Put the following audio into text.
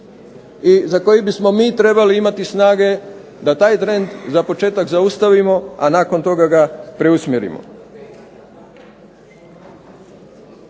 i za koji bismo mi trebali imati snage da taj trend za početak zaustavimo, a nakon toga ga preusmjerimo.